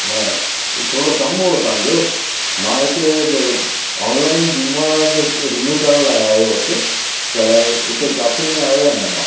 हा थोड़ो कमु हो तव्हांजो मां हिते ऑनलाइन बीमा रिन्यू करण लाइ आयो हुयुसि त उते कॉफ़े में आयो आहियां मां